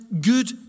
good